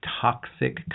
toxic